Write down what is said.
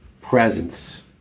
presence